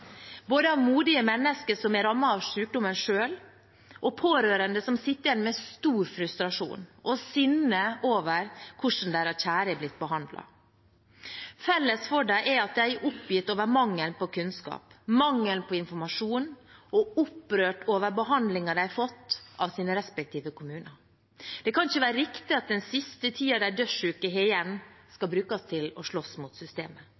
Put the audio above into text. både av modige mennesker som selv er rammet av sykdommen, og av pårørende, som sitter igjen med stor frustrasjon og sinne over hvordan deres kjære har blitt behandlet. Felles for dem er at de er oppgitt over mangelen på kunnskap, mangelen på informasjon, og opprørt over behandlingen de har fått av sine respektive kommuner. Det kan ikke være riktig at den siste tiden de dødssyke har igjen, skal brukes til å slåss mot systemet.